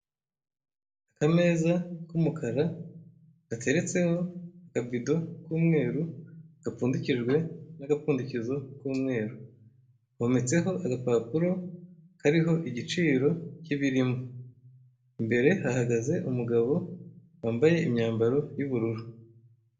Akameza k'umukara, gateretseho akabido k'umweru, gapfundikijwe n'agapfundikizo k'umweru. Hometseho agapapuro kariho igiciro cy'ibirimo. Imbere hahagaze umugabo wambaye imyambaro y'ubururu.